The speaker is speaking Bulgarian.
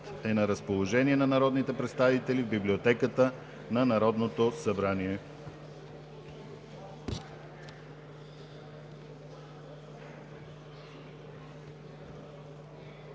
е на разположение на народните представители в Библиотеката на Народното събрание.